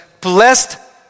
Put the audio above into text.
Blessed